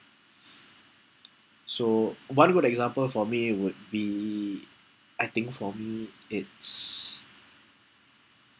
so one of the example for me it would be I think for me it's